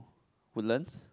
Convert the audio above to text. Woodlands